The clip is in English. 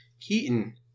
Keaton